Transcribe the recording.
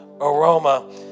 aroma